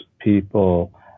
people